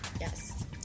yes